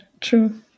true